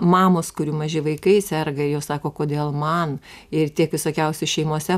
mamos kurių maži vaikai serga jos sako kodėl man ir tiek visokiausių šeimose